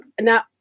Now